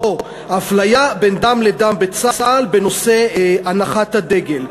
או אפליה בין דם לדם בצה"ל בנושא הנחת הדגל,